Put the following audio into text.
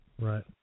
Right